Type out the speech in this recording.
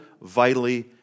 vitally